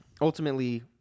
ultimately